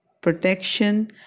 protection